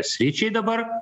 sričiai dabar